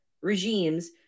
regimes